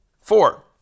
Four